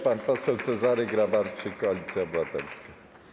Pan poseł Cezary Grabarczyk, Koalicja Obywatelska.